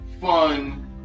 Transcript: fun